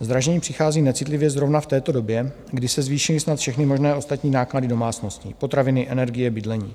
Zdražení přichází necitlivě zrovna v této době, kdy se zvýšily snad všechny možné ostatní náklady domácností: potraviny, energie, bydlení.